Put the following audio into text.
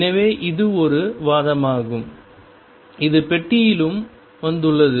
எனவே இது ஒரு வாதமாகும் இது பெட்டியிலும் வந்துள்ளது